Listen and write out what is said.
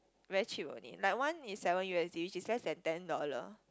very cheap only like one is seven U_S_D which is less than ten dollar